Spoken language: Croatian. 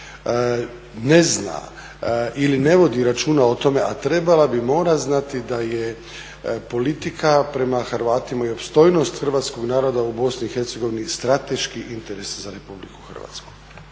ne zna ili ne vodi računa o tome a trebala bi, mora znati da je politika prema Hrvatima i opstojnost hrvatskog naroda u BiH strateški interes za RH. **Leko,